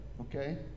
Okay